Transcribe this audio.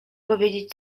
powiedzieć